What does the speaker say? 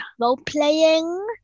role-playing